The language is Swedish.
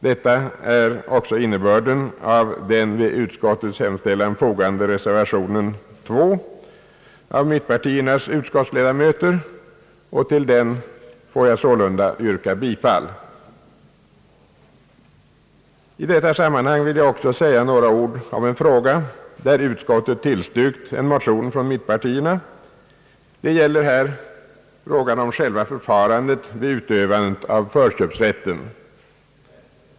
Detta är också innebörden i den vid utlåtandet fogade reservationen II av mittenpartiernas utskottsledamöter, och till denna reservation får jag sålunda yrka bifall. I detta sammanhang vill jag också säga några ord om en fråga, beträffande vilken utskottet tillstyrkt en motion från mittenpartierna. Det gäller här själva förfarandet vid utövandet av förköpsrätten.